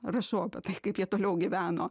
rašau apie tai kaip jie toliau gyveno